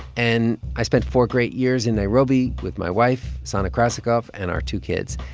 and i spent four great years in nairobi with my wife, sana krasikov, and our two kids.